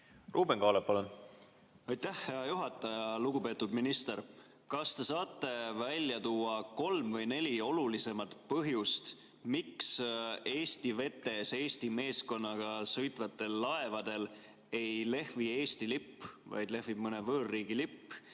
Ruuben Kaalep, palun! Aitäh, hea juhataja! Lugupeetud minister! Kas te saate välja tuua kolm või neli olulisemat põhjust, miks Eesti vetes Eesti meeskonnaga sõitvatel laevadel ei lehvi Eesti lipp, vaid lehvib mõne võõrriigi lipp?